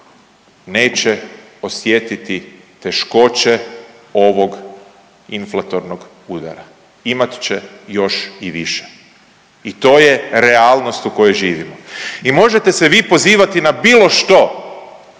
neće osjetiti teškoće ovog inflatornog udara, imat će još i više. I to je realnost u kojoj živimo. I možete se vi pozivati na bilo što,